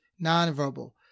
nonverbal